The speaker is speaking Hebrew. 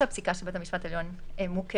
הפסיקה של בית המשפט העליון מוכרת